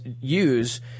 use